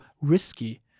risky